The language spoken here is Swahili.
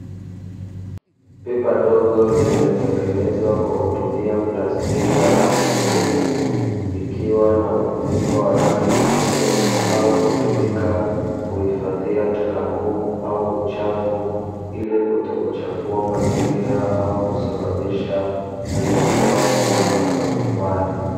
Pipa dogo lililotengenezea kwa kutumia plastiki ya rangi nyeusi ikiwa na mfuniko wa rangi nyeupe, ambalo hutumika kuhifadhia taka ngumu au uchafu ili kutokuchafua mazingira au kusababisha hali ya hewa kuwa na harufu mbaya.